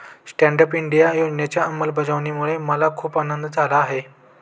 stand up India योजनेच्या अंमलबजावणीमुळे मला खूप आनंद झाला आहे